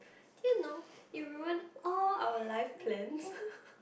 you know you ruin all our life plan